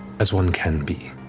as one can be,